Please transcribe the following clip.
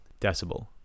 decibel